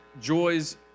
joys